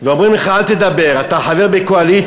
אומרים לך: אל תדבר, אתה חבר בקואליציה.